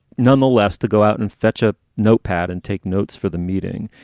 nonetheless, to go out and fetch a notepad and take notes for the meeting.